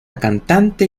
cantante